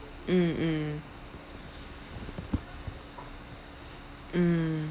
mm mm mm